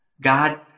God